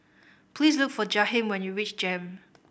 please look for Jaheem when you reach JEM